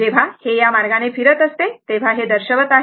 जेव्हा हे या मार्गाने फिरत असते तेव्हा हे दर्शवित आहे